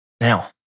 Now